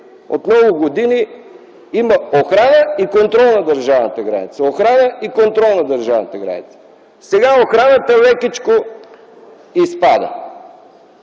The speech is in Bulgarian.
от много години, има охрана и контрол на държавната граница. Сега охраната лекичко изпада.